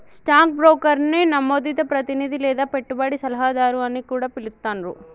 stock బ్రోకర్ని నమోదిత ప్రతినిధి లేదా పెట్టుబడి సలహాదారు అని కూడా పిలుత్తాండ్రు